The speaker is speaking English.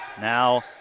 Now